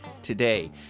Today